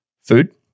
Food